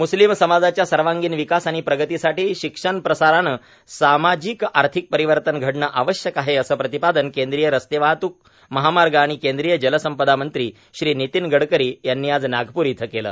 म्स्लिम समाजाच्या सर्वांगीण विकास आणि प्रगतीसाठी शिक्षणप्रसाराने सामाजिक आर्थिक परिवर्तन घडणे आवश्यक आहे असे प्रतिपादन केंद्रीय रस्ते वाहतूक एमहामार्ग आणि केंद्रीय जलसंपदा मंत्री नितीन गडकरी यांनी आज नागप्र येथे केले